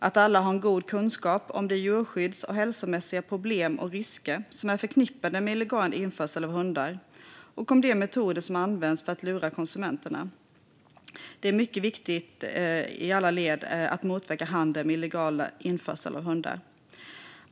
Att alla har en god kunskap om de djurskydds och hälsomässiga problem och risker som är förknippade med illegal införsel av hundar och om de metoder som används för att lura konsumenterna är ett mycket viktigt led i att motverka handeln med illegalt införda hundar.